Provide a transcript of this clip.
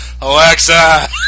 Alexa